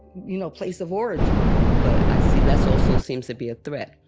you know, place of origin but i see that's also seems to be a threat.